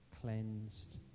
cleansed